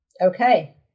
okay